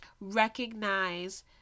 recognize